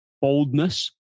boldness